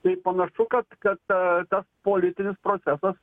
tai panašu kad kad tas politinis procesas